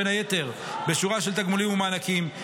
בין היתר בשורה של תגמולים ומענקים,